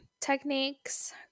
techniques